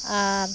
ᱟᱨ